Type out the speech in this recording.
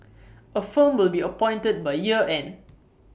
A firm will be appointed by year end